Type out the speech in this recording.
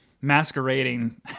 masquerading